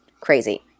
crazy